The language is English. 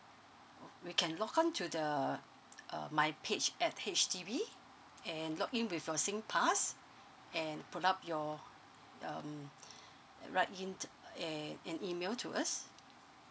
w~ we can log on to the uh my page at H_D_B and log in with your singpass and put up your um write in a~ an email to us